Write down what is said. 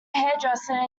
hairdresser